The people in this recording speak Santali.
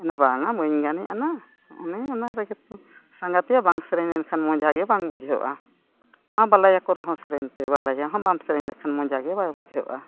ᱮᱱᱟ ᱵᱟᱝᱟ ᱱᱟ ᱵᱟᱹᱧ ᱜᱟᱱᱮᱜᱼᱟ ᱱᱟ ᱚᱱᱮ ᱚᱱᱟ ᱨᱮᱜᱮ ᱛᱚ ᱥᱟᱸᱜᱟᱛᱟᱭᱟ ᱵᱟᱝ ᱥᱮᱨᱮᱧ ᱞᱮᱠᱷᱟᱱ ᱢᱚᱡᱟ ᱜᱮ ᱵᱟᱝ ᱵᱩᱡᱷᱟᱹᱜᱼᱟ ᱢᱟ ᱵᱟᱞᱟᱭᱟ ᱠᱚ ᱨᱮ ᱦᱚᱸ ᱥᱮᱨᱮᱧ ᱯᱮ ᱵᱟᱞᱟᱭᱟ ᱦᱚᱸ ᱵᱟᱢ ᱥᱮᱨᱮᱧ ᱞᱮᱠᱷᱟᱱ ᱢᱚᱡᱟ ᱜᱮ ᱵᱟᱭ ᱵᱩᱡᱷᱟᱹᱜᱼᱟ